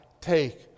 take